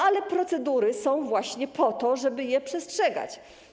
Ale procedury są właśnie po to, żeby ich przestrzegać.